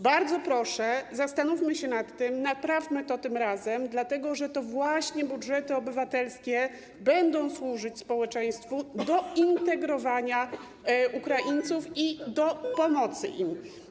Bardzo proszę, zastanówmy się nad tym, naprawmy to tym razem, dlatego że to właśnie budżety obywatelskie będą służyć społeczeństwu do integrowania Ukraińców i do pomocy im.